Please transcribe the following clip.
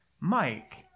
Mike